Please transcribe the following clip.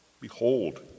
behold